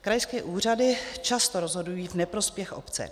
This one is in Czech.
Krajské úřady často rozhodují v neprospěch obce.